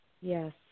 Yes